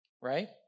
right